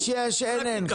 יש-יש, אין-אין.